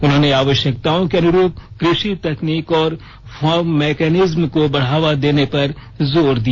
उन्होंने आवश्यकताओं के अनुरुप कृषि तकनीक और फार्म मैकनिज्म को बढ़ावा देने पर जोर दिया